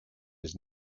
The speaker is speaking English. his